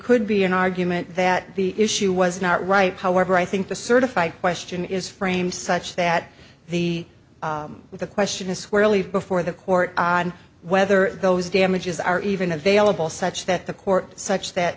could be an argument that the issue was not right however i think the certified question is framed such that the the question is where i leave before the court on whether those damages are even available such that the court such that